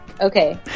Okay